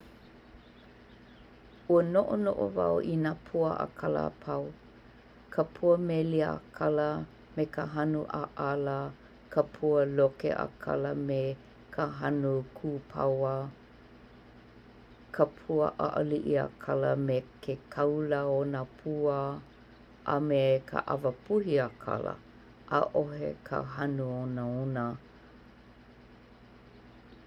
Ua noʻonoʻo wau i nā pua ʻakala apau ka pua melia ʻakala me ka hanu ʻaʻala ka pua loke ʻakala me ka hanu kū pauā ka pua ʻaʻaliʻi ʻakala me ke kaula o nā pua a me ka ʻawapuhi ʻakala, ʻaʻohe ka hanu onaona.